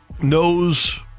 knows